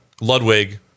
Ludwig